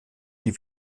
die